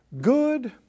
Good